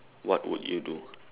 what would you do